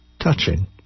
touching